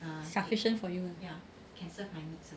sufficient for you ah